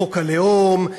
חוק הלאום,